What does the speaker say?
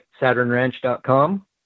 SaturnRanch.com